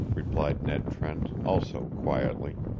replied ned trent, also quietly.